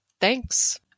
Thanks